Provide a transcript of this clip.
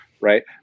right